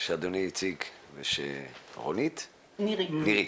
שאדוני הציג ושנירית הציגה.